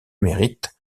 mérite